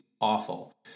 awful